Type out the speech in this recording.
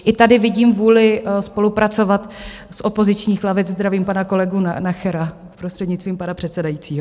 I tady vidím vůli spolupracovat z opozičních lavic zdravím pana kolegu Nachera, prostřednictvím pana předsedajícího.